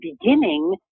beginning